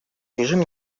режим